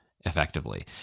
effectively